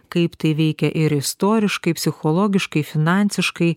kaip tai veikia ir istoriškai psichologiškai finansiškai